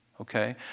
Okay